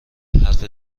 حرف